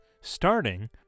starting